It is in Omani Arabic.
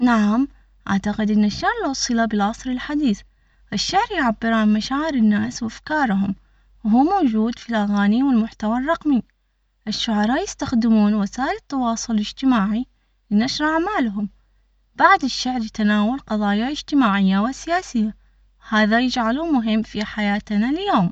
نعم اعتقد ان الشعر له صلة بالعصر الحديث الشعر يعبر عن مشاعر الناس وافكارهم وهو موجود في الاغاني والمحتوى الرقمي الشعراء يستخدمون وسائل التواصل الاجتماعي لنشر اعمالهم بعد الشعر لتناول قظايا اجتماعية وسياسية هذا يجعله مهم في حياتنا اليوم.